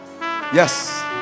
yes